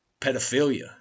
pedophilia